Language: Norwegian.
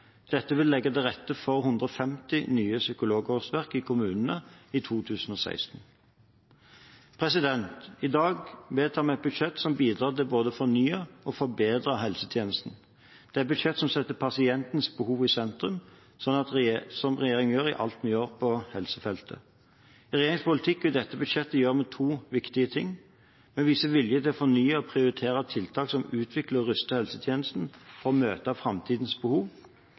Dette vil legge til rette for 150 nye psykologårsverk i kommunene i 2016. I dag vedtar vi et budsjett som bidrar til å både fornye og forbedre helsetjenesten. Det er et budsjett som setter pasientens behov i sentrum, som regjeringen gjør i alt vi gjør på helsefeltet. I regjeringens politikk og i dette budsjettet gjør vi to viktige ting: Vi viser vilje til å fornye og prioritere tiltak som utvikler og ruster helsetjenesten til å møte framtidens behov,